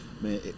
Man